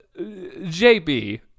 JB